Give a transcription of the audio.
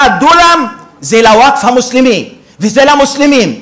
דונם, היא לווקף המוסלמי ולמוסלמים.